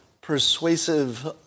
persuasive